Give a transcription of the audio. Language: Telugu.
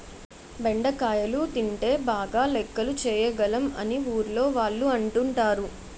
బెండకాయలు తింటే బాగా లెక్కలు చేయగలం అని ఊర్లోవాళ్ళు అంటుంటారు